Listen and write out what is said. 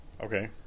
Okay